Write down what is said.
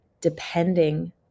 depending